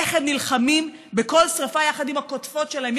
איך הם נלחמים בכל שרפה יחד עם הקוטפות שלהם,